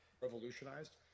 revolutionized